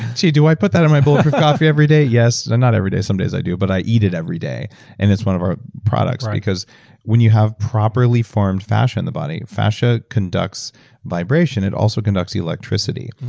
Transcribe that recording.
gee, do i put that in my bowl of coffee every day? yes. well and not every day, some days i do, but i eat it every day and it's one of our products. because when you have properly formed fascia on the body and fascia conducts vibration, it also conducts electricity.